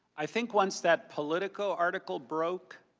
i think once that political article broke,